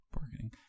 Marketing